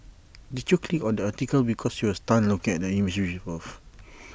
did you click on this article because you were stunned looking at the image above